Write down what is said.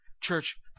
church